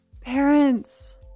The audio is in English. Parents